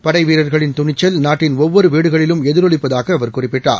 படைவீரர்களின் துணிச்சல் நாட்டின் ஒவ்வொருவீடுகளிலும் எதிரொலிப்பதாகஅவர் குறிப்பிட்டார்